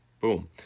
Boom